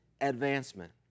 advancement